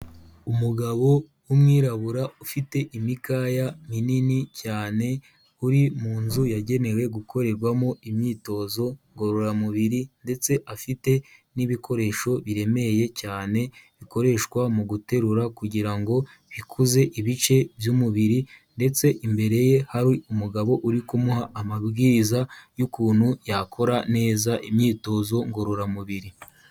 Umugabo w'umwirabura ufite imikaya minini cyane, uri mu nzu yagenewe gukorerwamo imyitozo ngororamubiri ndetse afite n'ibikoresho biremereye cyane, bikoreshwa mu guterura kugira ngo bikuze ibice by'umubiri ndetse imbere ye hari umugabo uri kumuha amabwiriza y'ukuntu yakora neza imyitozo ngororamubiri.